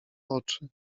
oczy